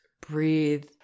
breathe